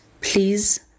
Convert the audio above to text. Please